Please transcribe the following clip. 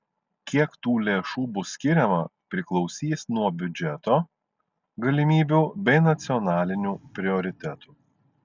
kiek tų lėšų bus skiriama priklausys nuo biudžeto galimybių bei nacionalinių prioritetų